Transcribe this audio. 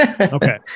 Okay